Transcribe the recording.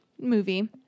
movie